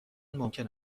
ممکن